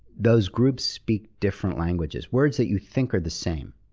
those groups speak different languages. words that you think are the same.